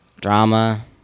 drama